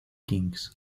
kings